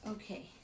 Okay